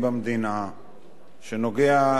שנוגע לדרך החיים שלנו,